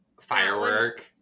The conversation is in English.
Firework